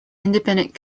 independent